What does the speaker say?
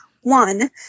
One